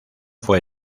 fue